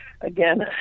again